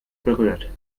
berührt